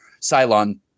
Cylon